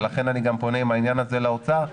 ולכן אני גם פונה עם העניין הזה לאוצר,